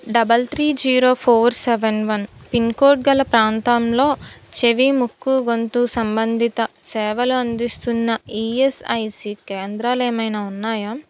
double three zero four seven one pin code గల ప్రాంతంలో చెవి ముక్కు గొంతు సంబంధిత సేవలు అందిస్తున్న ఈఎస్ఐసి కేంద్రాలు ఏమైనా ఉన్నాయా